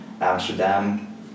Amsterdam